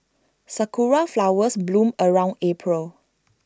Sakura Flowers bloom around April